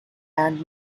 and